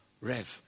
Rev